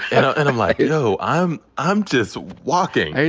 you know and i'm like, yo, i'm i'm just walking.